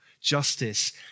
justice